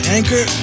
Anchor